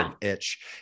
itch